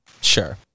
Sure